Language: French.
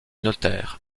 notaire